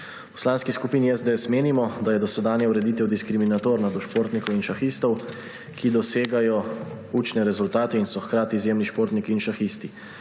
Poslanski skupini SDS menimo, da je dosedanja ureditev diskriminatorna do športnikov in šahistov, ki dosegajo učne rezultate in so hkrati izjemni športniki in šahisti.